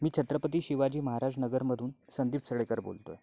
मी छत्रपती शिवाजी महाराज नगरमधून संदीप सडेकर बोलतो आहे